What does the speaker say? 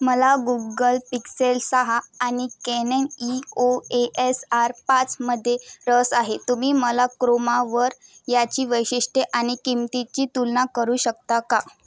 मला Google pixel सहा आणि Canon E O S R पाचमध्ये रस आहे तुम्ही मला क्रोमावर याची वैशिष्ट्य आणि किंमतीची तुलना करू शकता का